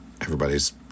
everybody's